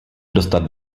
dostat